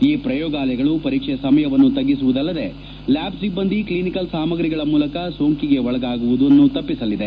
ಈ ಪ್ರಯೋಗಾಲಯಗಳು ಪರೀಕ್ಷೆ ಸಮಯವನ್ನು ತಗ್ಗಿಸುವುದಲ್ಲದೆ ಲ್ಯಾಬ್ ಸಿಬ್ಬಂದಿ ಕ್ಷಿನಿಕಲ್ ಸಾಮಗ್ರಿಗಳ ಮೂಲಕ ಸೋಂಕಿಗೆ ಒಳಗಾಗುವುದು ತಪ್ಪಿಸಲಿದೆ